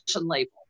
label